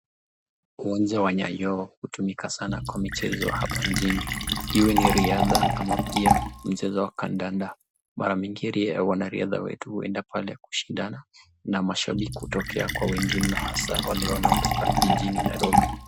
Uwanja wa Nyayo hutumika sana kwa michezo hapa nchini. Iwe ni riatha ama pia mchezo wa kandanda. Mara mingi wanariatha wetu huenda pale kushindana na mashabiki hutokea kwa wengi sana mno hasa wale wanao toka jijini Nairobi.